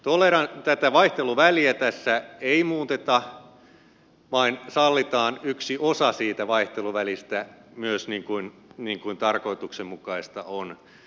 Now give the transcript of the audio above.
tätä vaihteluväliä tässä ei muuteta vaan sallitaan yksi osa siitä vaihteluvälistä myös niin kuin tarkoituksenmukaista on